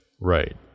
Right